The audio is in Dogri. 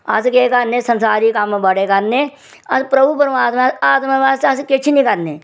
अस्स केह् करने कि संसारी कम्म बड़े करने अस प्रभु परमात्मा आत्मा वास्तै अस किश नी करने